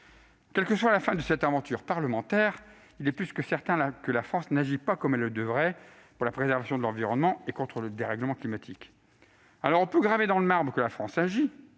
Quelle que soit la fin de cette aventure parlementaire, il est plus que certain que la France n'agit pas comme elle le devrait pour la préservation de l'environnement et contre le dérèglement climatique. On peut toujours graver dans le marbre qu'elle agit,